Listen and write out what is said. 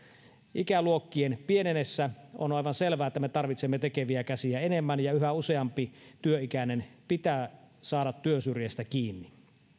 ikäluokkiemme pienentyessä on aivan selvää että me tarvitsemme tekeviä käsiä enemmän ja yhä useampi työikäinen pitää saada työnsyrjästä kiinni